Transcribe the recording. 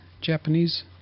Japanese